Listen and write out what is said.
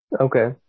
Okay